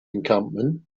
encampment